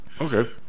Okay